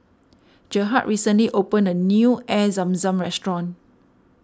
Gerhardt recently opened a new Air Zam Zam restaurant